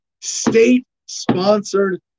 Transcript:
state-sponsored